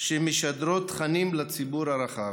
שמשדרות תכנים לציבור הרחב.